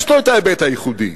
יש לו ההיבט הייחודי,